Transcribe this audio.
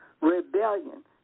rebellion